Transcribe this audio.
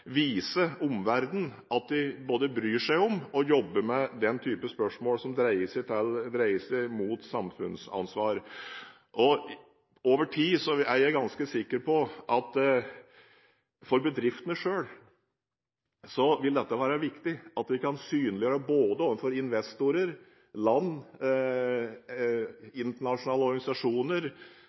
bryr oss om og jobber med den type spørsmål som dreier seg om samfunnsansvar. Over tid er jeg ganske sikker på at det for bedriftene selv vil være viktig at vi kan synliggjøre både overfor investorer, land, internasjonale organisasjoner